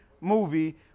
movie